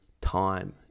time